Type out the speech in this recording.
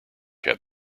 have